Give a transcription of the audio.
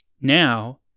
Now